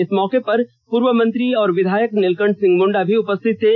इस मौके पर पूर्व मंत्री और विधायक नीलकंठ सिंह मुंडा भी उपस्थित थे